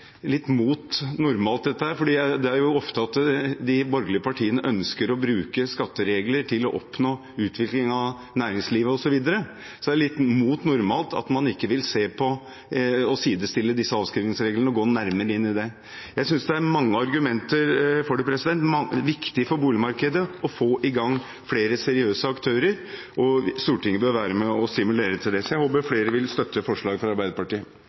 litt mot normalt dette, for det er ofte de borgerlige partiene ønsker å bruke skatteregler til å oppnå utvikling av næringslivet osv., at man ikke vil se på og sidestille disse avskrivningsreglene og gå nærmere inn i det. Jeg synes det er mange argumenter for det. Det er viktig for boligmarkedet å få i gang flere seriøse aktører, og Stortinget bør være med og stimulere til det, så jeg håper at flere vil støtte forslaget fra Arbeiderpartiet.